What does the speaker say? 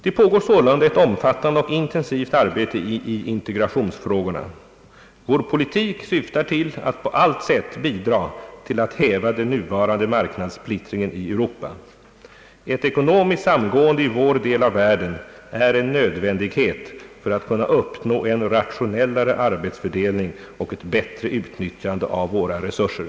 Det pågår sålunda ett omfattande och intensivt arbete i integrationsfrågorna. Vår politik syftar till att på allt sätt bidra till att häva den nuvarande marknadssplittringen i Europa. Ett ekonomiskt samgående i vår del av världen är en nödvändighet för att kunna uppnå en rationellare arbetsfördelning och ett bättre utnyttjande av våra resurser.